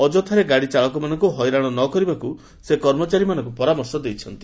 ଅଯଥାରେ ଗାଡ଼ିଚାଳକମାନଙ୍କୁ ହଇରାଣ ନ କରିବାକୁ ସେ କର୍ମଚାରୀମାନଙ୍କୁ ପରାମର୍ଶ ଦେଇଛନ୍ତି